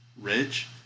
Rich